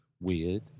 weird